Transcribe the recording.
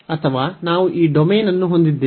ಅಥವಾ ನಾವು ಈ ಡೊಮೇನ್ ಅನ್ನು ಹೊಂದಿದ್ದೇವೆ